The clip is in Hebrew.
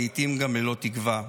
לעיתים גם ללא תקווה.